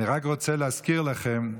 אני רק רוצה להזכיר לכם,